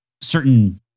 certain